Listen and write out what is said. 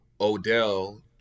Odell